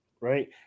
Right